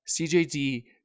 CJD